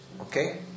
Okay